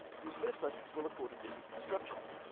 whose first lessons well accorded with his in structions,